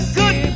good